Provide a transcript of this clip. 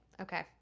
okay